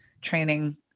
training